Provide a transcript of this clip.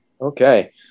Okay